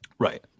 Right